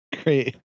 Great